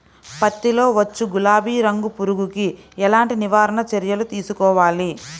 పత్తిలో వచ్చు గులాబీ రంగు పురుగుకి ఎలాంటి నివారణ చర్యలు తీసుకోవాలి?